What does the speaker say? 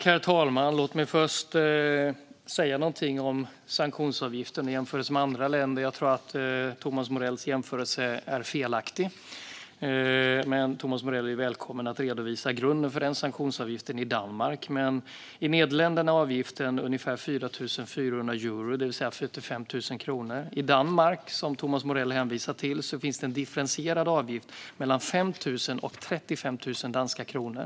Herr talman! Låt mig först säga någonting om sanktionsavgiften i jämförelse med andra länder. Jag tror att Thomas Morells jämförelse är felaktig. Men Thomas Morell är välkommen att redovisa grunden för sanktionsavgiften i Danmark. I Nederländerna är avgiften ungefär 4 400 euro, det vill säga 45 000 kronor. I Danmark, som Thomas Morell hänvisar till, finns det en differentierad avgift mellan 5 000 och 35 000 danska kronor.